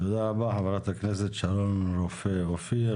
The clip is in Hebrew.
תודה רבה, חברת הכנסת שרון רופא אופיר.